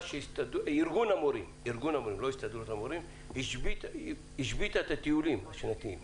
שארגון המורים לא הסתדרות המורים השבית את הטיולים השנתיים.